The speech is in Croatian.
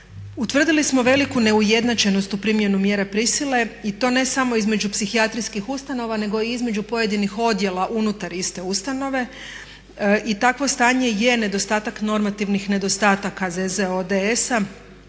Utvrdili smo veliku neujednačenost u primjeni mjera prisile, i to ne samo između psihijatrijskih ustanova nego i između pojedinih odjela unutar iste ustanove. Takvo stanje je nedostatak normativnih nedostataka ZZODS-a